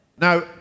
Now